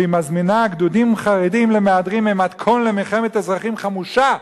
שהיא מזמינה גדודים חרדים למהדרין והם מתכון למלחמת אזרחים חמושה,